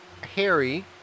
Harry